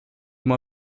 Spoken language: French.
moi